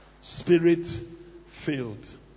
spirit-filled